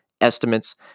estimates